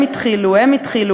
הם התחילו,